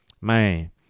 man